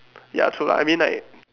ya true lah I mean like